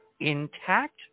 intact